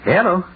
Hello